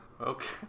Okay